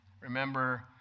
Remember